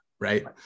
right